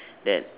that